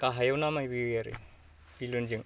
गाहायाव नामायबोयो आरो बेलुनजों